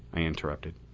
i interrupted.